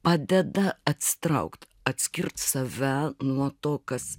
padeda atsitraukt atskirt save nuo to kas